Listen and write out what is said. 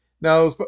Now